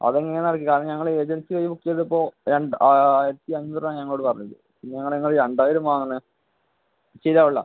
അത് എങ്ങനെയാണെന്നറിയില്ല കാരണം ഞങ്ങൾ ഏജൻസി വഴി ബുക്ക് ചെയ്തപ്പോൾ രണ്ട് ആയിരത്തി അഞ്ഞൂറാണ് ഞങ്ങളോട് പറഞ്ഞത് പിന്നെ എങ്ങനെ നിങ്ങൾ രണ്ടായിരം വാങ്ങുന്നത് ശരിയാവില്ല